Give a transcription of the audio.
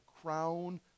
crown